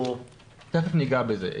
מיד ניגע בזה.